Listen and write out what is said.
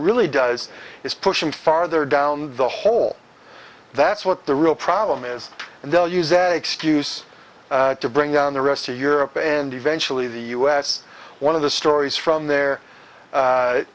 really does is push him farther down the hole that's what the real problem is and they'll use that excuse to bring down the rest of europe and eventually the u s one of the stories from there